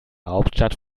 hauptstadt